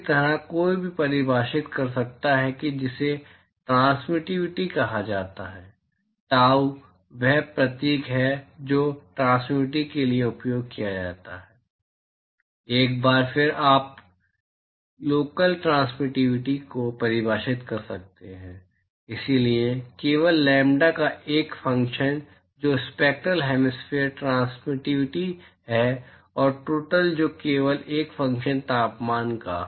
इसी तरह कोई भी परिभाषित कर सकता है जिसे ट्रांसमिटिविटी कहा जाता है ताऊ वह प्रतीक है जो ट्रांसमिटिविटी के लिए उपयोग किया जाता है एक बार फिर आप लोकल ट्रांसमिटिविटी को परिभाषित कर सकते हैं इसलिए केवल लैम्ब्डा का एक फंक्शन जो स्पेक्ट्रल हेमिस्फेरिकल ट्रांसमिटिविटी है और टोटल जो केवल एक फंक्शन है तापमान का